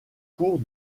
cours